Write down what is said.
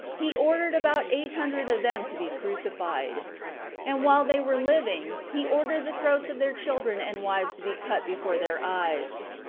he ordered about eight hundred of them to be crucified and while they were living, he ordered the throats of their children and wives to be cut before their eyes.